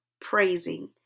praising